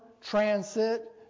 transit